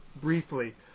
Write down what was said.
briefly